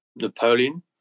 Napoleon